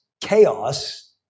chaos